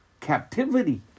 captivity